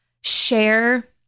share